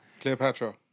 Cleopatra